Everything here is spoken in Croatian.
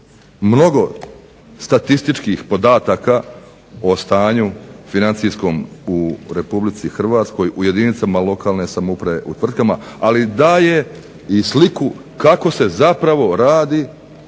mnogo statističkih podataka o stanju financijskom u RH u jedinicama lokalne samouprave, u tvrtkama ali daje i sliku kako se zapravo radi